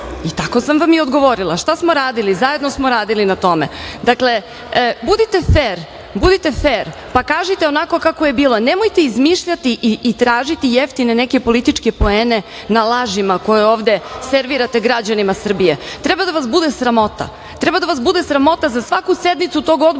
i tako sam vam i odgovorila. Šta smo radili? Zajedno smo radili na tome. Dakle, budite fer, budite fer, pa kažite onako kako je bilo. Nemojte izmišljati i tražiti jeftine neke političke poene na lažima koje ovde servirate građanima Srbije. Treba da vas bude sramota, treba da vas bude sramota za svaku sednicu tog Odbora